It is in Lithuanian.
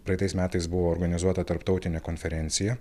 praeitais metais buvo organizuota tarptautinė konferencija